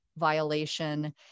violation